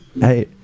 Hey